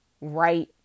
right